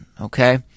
Okay